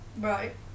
Right